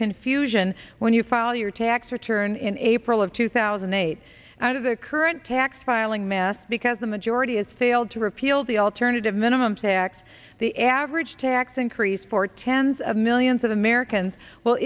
confusion when you file your tax return in april of two thousand and eight i do the current tax filing mess because the majority has failed to repeal the alternative minimum tax the average tax increase for tens of millions of americans will